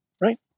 Right